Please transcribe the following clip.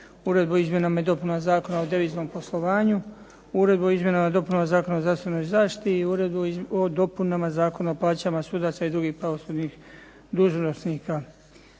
Uredbu o izmjenama i dopunama Zakona o deviznom poslovanju, Uredbu o izmjenama i dopunama Zakona o zdravstvenoj zaštiti i Uredbu o dopunama Zakona o plaćama sudaca i drugih pravosudnih dužnosnika.